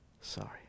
Sorry